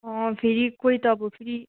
फेरि कोही त अब फेरि